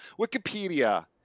Wikipedia